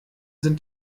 sind